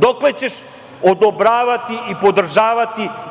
dokle ćeš odobravati i podržavati